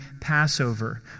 Passover